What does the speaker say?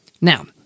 Now